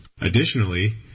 Additionally